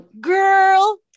girl